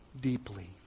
deeply